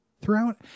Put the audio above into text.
throughout